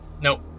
No